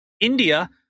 India